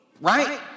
right